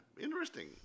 interesting